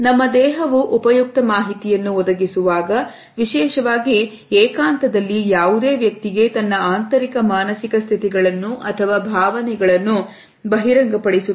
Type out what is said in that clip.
ನಮ್ಮ ದೇಹವು ಉಪಯುಕ್ತ ಮಾಹಿತಿಯನ್ನು ಒದಗಿಸುವಾಗ ವಿಶೇಷವಾಗಿ ಏಕಾಂತದಲ್ಲಿ ಯಾವುದೇ ವ್ಯಕ್ತಿಗೆ ತನ್ನ ಆಂತರಿಕ ಮಾನಸಿಕ ಸ್ಥಿತಿಗಳನ್ನು ಅಥವಾ ಭಾವನೆಗಳನ್ನು ಬಹಿರಂಗಪಡಿಸುತ್ತದೆ